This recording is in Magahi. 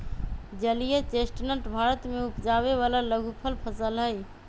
जलीय चेस्टनट भारत में उपजावे वाला लघुफल फसल हई